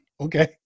Okay